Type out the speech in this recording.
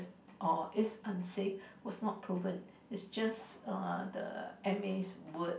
or is unsafe was not proven is just uh the m_a's word